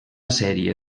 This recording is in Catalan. sèrie